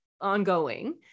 ongoing